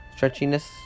Stretchiness